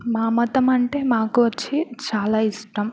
మా మతం అంటే మాకు వచ్చి చాలా ఇష్టం